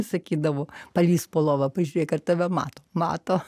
sakydavo palįsk po lova pažiūrėk ar tave mato mato